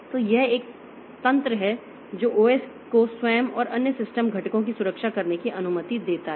तो यह एक तंत्र है जो ओएस को स्वयं और अन्य सिस्टम घटकों की सुरक्षा करने की अनुमति देता है